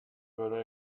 were